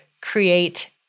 create